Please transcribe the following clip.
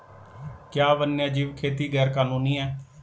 क्या वन्यजीव खेती गैर कानूनी है?